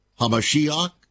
HaMashiach